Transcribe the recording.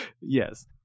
Yes